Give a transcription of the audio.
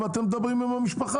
אם אתם מדברים עם המשפחה.